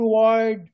provide